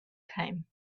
came